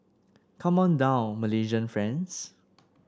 come on down Malaysian friends